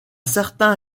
certain